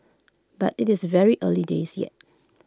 but IT is very early days yet